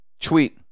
tweet